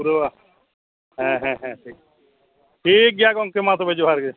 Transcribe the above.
ᱯᱩᱨᱟᱹᱣᱟ ᱦᱮᱸ ᱦᱮᱸ ᱦᱮᱸ ᱴᱷᱤᱠ ᱴᱷᱤᱠ ᱜᱮᱭᱟ ᱜᱚᱢᱠᱮ ᱢᱟ ᱛᱚᱵᱮ ᱡᱚᱦᱟᱨ ᱜᱮ